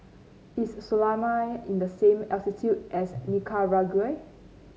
is Somalia in the same latitude as Nicaragua